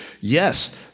yes